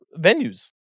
venues